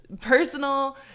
personal